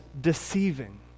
deceiving